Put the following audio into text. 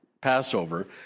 Passover